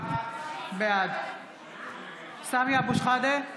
בעד סמי אבו שחאדה,